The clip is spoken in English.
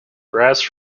brass